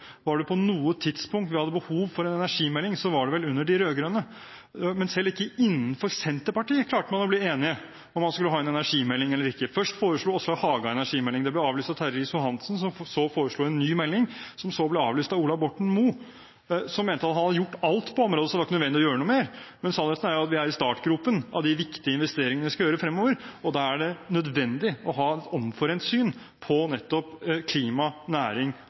var et tidspunkt vi hadde behov for en energimelding, var det vel under de rød-grønne. Men selv ikke innenfor Senterpartiet klarte man å bli enige om man skulle ha en energimelding eller ikke. Først foreslo Åslaug Haga en energimelding. Det ble avlyst av Terje Riis-Johansen, som så foreslo en ny melding, som så ble avlyst av Ola Borten Moe, som mente at han hadde gjort alt på området, så det var ikke nødvendig å gjøre noe mer. Men sannheten er at vi er i startgropen av de viktige investeringene vi skal gjøre fremover, og da er det nødvendig å ha et omforent syn på nettopp klima-,